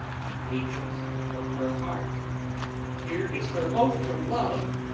the agent of her heart here is her oath for love,